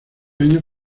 año